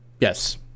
Yes